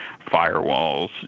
firewalls